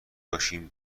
باشین